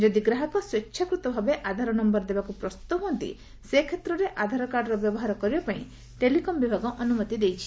ଯଦି ଗ୍ରାହକ ସ୍ୱେଚ୍ଛାକୃତ ଭାବେ ଆଧାର ନମ୍ଭର ଦେବାକୁ ପ୍ରସ୍ତୁତ ହୁଅନ୍ତି ସେ କ୍ଷେତ୍ରରେ ଆଧାର କାର୍ଡ଼ର ବ୍ୟବହାର କରିବାପାଇଁ ଟେଲିକମ୍ ବିଭାଗ ଅନୁମତି ଦେଇଛି